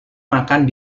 makan